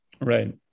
Right